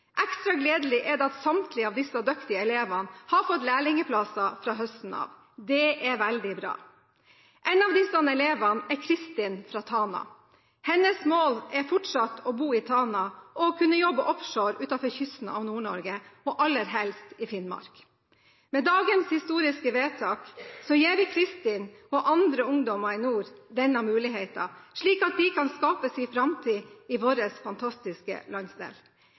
Ekstra gledelig er det at samtlige av disse dyktige elevene har fått lærlingeplass fra høsten av. Det er veldig bra. En av disse elevene er Kristin fra Tana. Hennes mål er fortsatt å bo i Tana, og å kunne jobbe offshore utenfor kysten av Nord-Norge – aller helst i Finnmark. Med dagens historiske vedtak gir vi Kristin og andre ungdommer i nord denne muligheten, slik at de kan skape sin framtid i vår fantastiske landsdel.